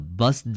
bus